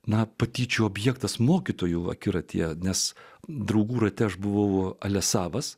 na patyčių objektas mokytojų akiratyje nes draugų rate buvo ale savas